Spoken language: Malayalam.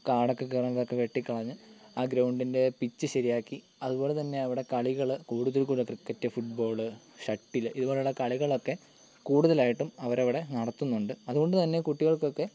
കാടൊക്കെ കേറുന്നതൊക്കെ വെട്ടിക്കളഞ്ഞ് ആ ഗ്രൗണ്ടിൻ്റെ പിച്ച് ശരിയാക്കി അതുപോലെതന്നെ അവിടെ കളികള് കൂടുതല് ക്രിക്കറ്റ് ഫുട്ബോള് ഷട്ടില് ഇതുപോലെയുള്ള കളികളൊക്കെ കൂടുതലായിട്ടും അവരവിടെ നടത്തുന്നുണ്ട് അതുകൊണ്ടുതന്നെ കുട്ടികൾക്കൊക്കെ